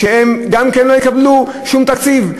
שגם הם לא יקבלו שום תקציב.